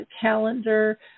calendar